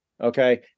Okay